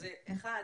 אחת,